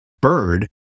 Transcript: bird